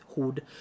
hood